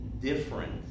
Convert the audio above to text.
different